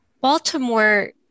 Baltimore